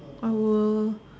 I will